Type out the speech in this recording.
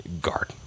Guard